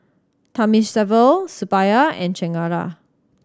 Thamizhavel Suppiah and Chengara